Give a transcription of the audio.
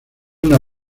una